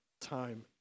time